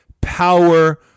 power